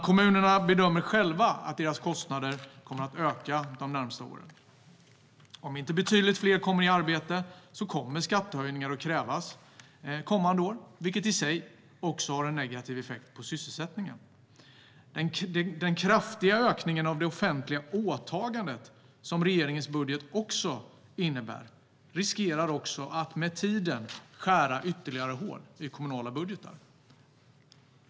Kommunerna bedömer själva att deras kostnader kommer att öka de närmaste åren. Om inte betydligt fler kommer i arbete kommer skattehöjningar att krävas kommande år, vilket också har en negativ effekt på sysselsättningen. Den kraftiga ökningen av det offentliga åtagandet som regeringens budget resulterar i riskerar också att med tiden skära ytterligare hål i de kommunala budgeterna.